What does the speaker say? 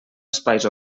espais